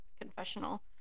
confessional